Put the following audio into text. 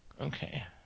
Okay